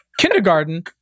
Kindergarten